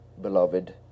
beloved